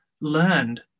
learned